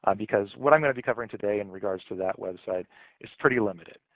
um because what i'm going to be covering today in regards to that website is pretty limited.